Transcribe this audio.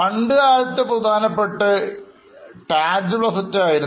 പണ്ടുകാലത്ത് പ്രധാനപ്പെട്ടത്tangible assets ആണ്